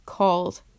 called